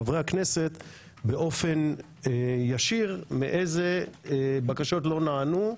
חברי הכנסת באופן ישיר איזה בקשות לא נענו,